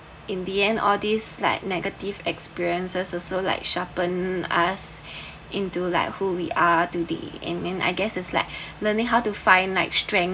in the end all these like negative experiences also like sharpened us into like who we are to the end I meant I guess is like learning how to find night strength